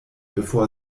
bevor